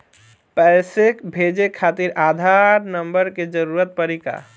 पैसे भेजे खातिर आधार नंबर के जरूरत पड़ी का?